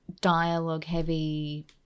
dialogue-heavy